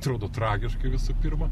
atrodo tragiškai visų pirma